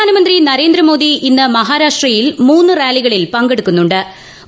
പ്രധാനമന്ത്രി നരേന്ദ്രമോദി ഇന്ന് മഹാരാഷ്ട്രയിൽ മൂന്ന് റാലികളിൽ പങ്കെടുക്കുന്നു്